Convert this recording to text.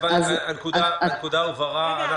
הנקודה הובהרה.